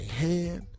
hand